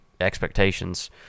expectations